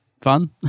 fun